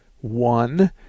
one